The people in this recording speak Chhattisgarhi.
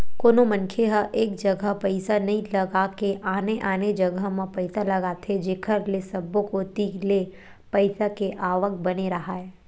कोनो मनखे ह एक जघा पइसा नइ लगा के आने आने जघा म पइसा लगाथे जेखर ले सब्बो कोती ले पइसा के आवक बने राहय